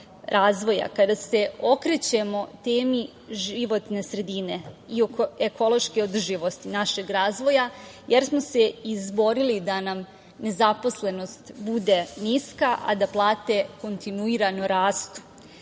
kada se okrećemo temi životne sredine i ekološki održivosti našeg razvoja, jer smo se izborili da nam nezaposlenost bude niska, a da plate kontinuirano rastu. Ali,